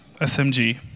SMG